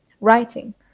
writing